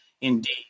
Indeed